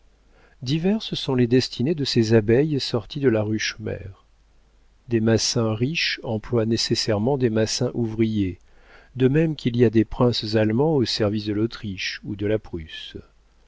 diverses sont les destinées de ces abeilles sorties de la ruche mère des massin riches emploient nécessairement des massin ouvriers de même qu'il y a des princes allemands au service de l'autriche ou de la prusse